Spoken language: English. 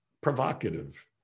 provocative